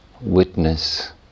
witness